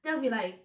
then will be like